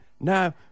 No